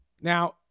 Now